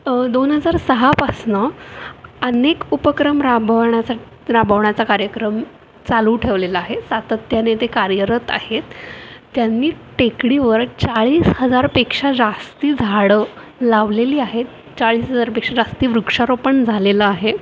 दोन हजार सहापासनं अनेक उपक्रम राबवण्याचा राबवण्याचा कार्यक्रम चालू ठेवलेला आहे सातत्याने ते कार्यरत आहेत त्यांनी टेकडीवर चाळीस हजारपेक्षा जास्ती झाडं लावलेली आहेत चाळीस हजारपेक्षा जास्ती वृक्षारोपण झालेलं आहे